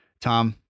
Tom